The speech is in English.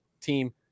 team